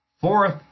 Fourth